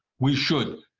we should.